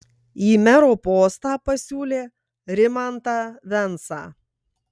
į mero postą pasiūlė rimantą vensą